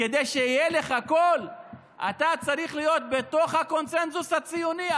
כדי שיהיה לך קול אתה צריך להיות בתוך הקונסנזוס הציוני,